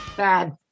bad